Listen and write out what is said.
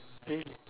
really